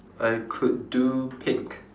I could do pink